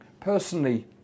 Personally